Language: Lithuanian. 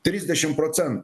trisdešimt procen